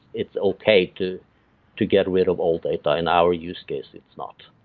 it's okay to to get rid of all data and our use case it's not.